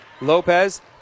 Lopez